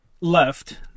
left